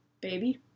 Baby